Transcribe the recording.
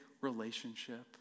relationship